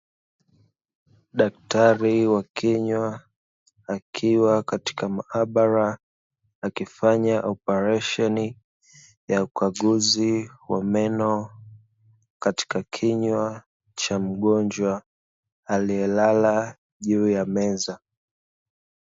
Daktari wa kinywa akiwa kwenye maabara akifanya operesheni ya ukaguzi wa meno katika kinywa cha mgonjwa aliye lala juu ya meza.